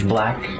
Black